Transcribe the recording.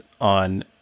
on